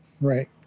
Right